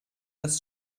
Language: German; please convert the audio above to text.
das